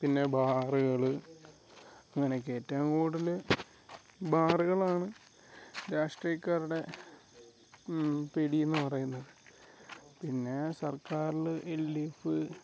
പിന്നെ ബാറുകൾ അങ്ങനെ ഒക്കെ ഏറ്റവും കൂടുതൽ ബാറുകളാണ് രാഷ്ട്രീയക്കാരുടെ പിടീന്ന് പറയുന്നത് പിന്നെ സർക്കാറിൽ ഇലീഫ്